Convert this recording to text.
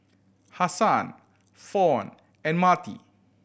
Hassan Fawn and Marty